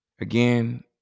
again